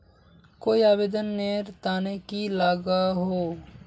कोई आवेदन नेर तने की लागोहो?